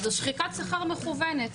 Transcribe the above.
זאת שחיקת שכר מכוונת,